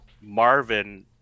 Marvin